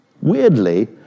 weirdly